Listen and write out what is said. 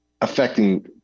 affecting